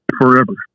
forever